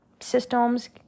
Systems